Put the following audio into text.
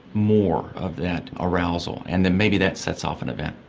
more of that arousal, and then maybe that sets off an event.